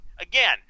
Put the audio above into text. again